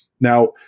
Now